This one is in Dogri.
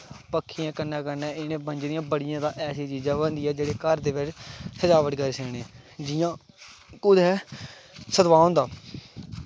पक्खियें दे कन्नैं कन्नै ऐसियां चीज़ां बी होंदियां जेह्ड़ियां घर दे बिच्च सज़ावट करी सकने जि'या कुदै सतवाह् होंदा